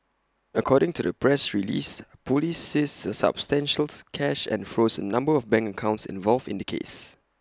according to the press release Police seized substantial cash and froze A number of bank accounts involved in the case